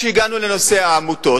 כשהגענו לנושא העמותות,